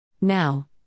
Now